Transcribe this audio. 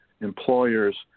employers